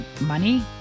money